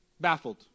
baffled